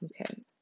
Okay